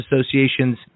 Association's